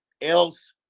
else